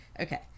Okay